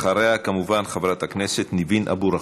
אחריה, כמובן, חברת הכנסת ניבין אבו רחמון,